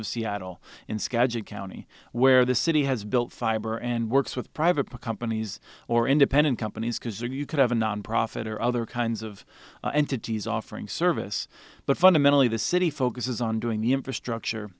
of seattle in skagit county where the city has built fiber and works with private companies or independent companies because or you could have a nonprofit or other kinds of and tities offering service but fundamentally the city focuses on doing the infrastructure